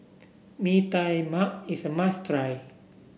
Mee Tai Mak is a must try